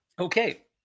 Okay